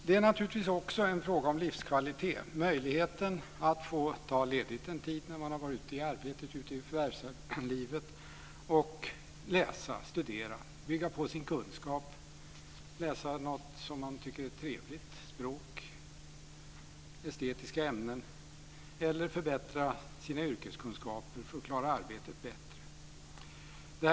Det är också en fråga om livskvalitet, möjligheten att ta ledigt en tid när man har varit ute i förvärvslivet och läsa, studera, bygga på sin kunskap. Man kan läsa något man tycker är trevligt - språk, estetiska ämnen - eller förbättra sina yrkeskunskaper för att klara arbetet bättre.